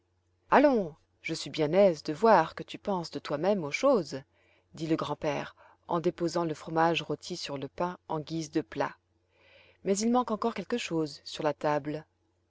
allons je suis bien aise de voir que tu penses de toi-même aux choses dit le grand-père en déposant le fromage rôti sur le pain en guise de plat mais il manque encore quelque chose sur la table